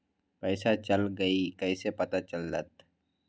पैसा चल गयी कैसे पता चलत?